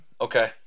Okay